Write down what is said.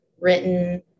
written